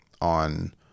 on